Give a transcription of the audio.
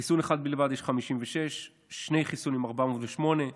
חיסון אחד בלבד, 56, שני חיסונים, 408,